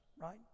right